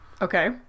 Okay